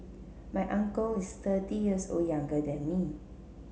my uncle is thirty years old younger than me